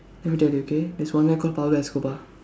let me tell you okay there's one guy called Pablo Escobar